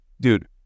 Dude